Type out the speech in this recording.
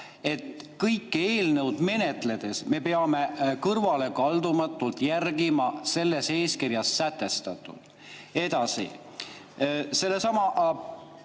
et kõiki eelnõusid menetledes me peame kõrvalekaldumatult järgima selles eeskirjas sätestatut. Edasi. Sellesama